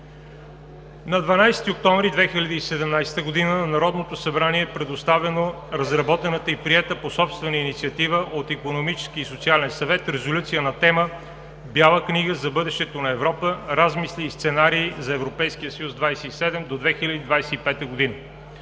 На 12 октомври 2017 г. на Народното събрание е предоставена разработената и приета по собствена инициатива от Икономическия и социален съвет резолюция на тема: „Бяла книга за бъдещето на Европа – размисли и сценарии за ЕС-27 до 2025 г.“